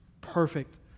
perfect